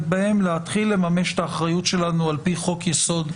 בהם להתחיל לממש את האחריות שלנו על פי חוק יסוד: